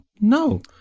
No